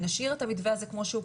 נשאיר את המתווה הזה כמו שהוא,